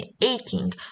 aching